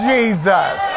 Jesus